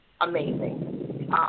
amazing